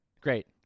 Great